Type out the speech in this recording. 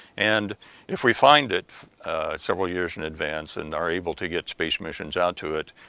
and if we find it several years in advance and are able to get space missions out to it,